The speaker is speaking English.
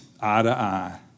eye-to-eye